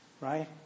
right